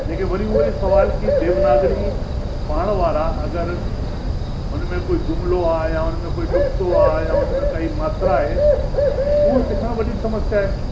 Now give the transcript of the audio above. लेकिन वरी उहाई सवाल की देवनागरी पढ़ण वारा अगरि उनमें को जुमिलो आहे या उनमें कोई नुक़्तो आहे या उनमें काई मात्रा आहे उहो सिखणु वॾी समस्या आहे